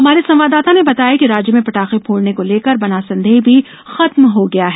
हमारे संवाददाता ने बताया है कि राज्य में पटाखे फोड़ने को लेकर बना संदेह भी खत्म हो गया है